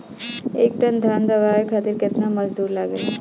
एक टन धान दवावे खातीर केतना मजदुर लागेला?